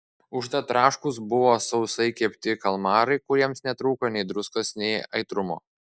užtat traškūs buvo sausai kepti kalmarai kuriems netrūko nei druskos nei aitrumo